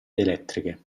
elettriche